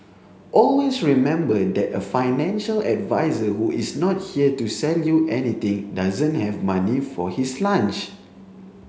always remember that a financial advisor who is not here to sell you anything doesn't have money for his lunch